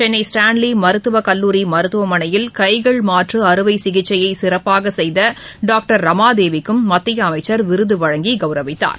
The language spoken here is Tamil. சென்னை ஸ்டான்லி மருத்துவக் கல்லூரி மருத்துவமனையில் கைகள் மாற்று அறுவை சிகிச்சையை சிறப்பாக செய்த டாக்டர் ரமாதேவிக்கும் மத்திய அமைச்சர் விருது வழங்கி கௌரவித்தார்